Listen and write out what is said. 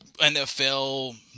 nfl